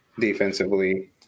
defensively